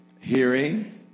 hearing